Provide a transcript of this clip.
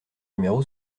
numéro